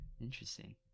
Interesting